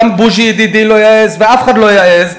גם בוז'י ידידי לא יעז ואף אחד לא יעז,